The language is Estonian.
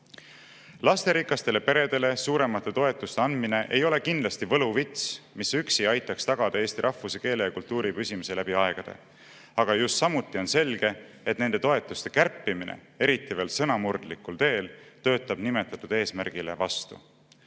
Lasterikastele peredele suuremate toetuste andmine ei ole kindlasti võluvits, mis üksi aitaks tagada eesti rahvuse, keele ja kultuuri püsimise läbi aegade. Aga samuti on selge, et nende toetuste kärpimine, eriti veel sõnamurdlikul teel, töötab nimetatud eesmärgile vastu.